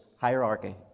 hierarchy